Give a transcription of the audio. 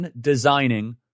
designing